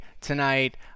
tonight